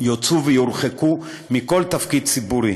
יוצאו ויורחקו מכל תפקיד ציבורי.